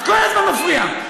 אל תפריעי לי, את כל הזמן מפריעה.